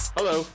Hello